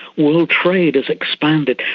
world trade has expanded.